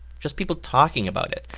just people talking about it.